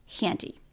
handy